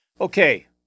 Okay